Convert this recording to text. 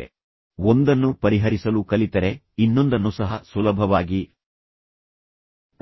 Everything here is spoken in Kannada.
ನೀವು ಒಂದನ್ನು ಪರಿಹರಿಸಲು ಕಲಿತರೆ ಇನ್ನೊಂದನ್ನು ಸಹ ಸುಲಭವಾಗಿ